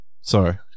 Sorry